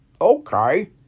Okay